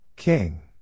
King